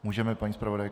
Můžeme, paní zpravodajko?